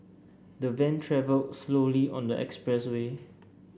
the van travelled slowly on the expressway